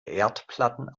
erdplatten